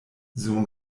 sohn